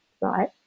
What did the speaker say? right